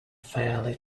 fairly